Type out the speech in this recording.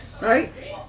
Right